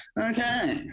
Okay